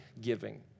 giving